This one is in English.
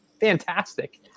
fantastic